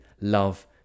love